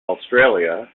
australia